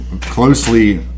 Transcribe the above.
closely